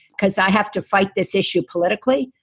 because i have to fight this issue politically,